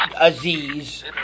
Aziz